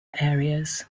areas